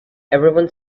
everyone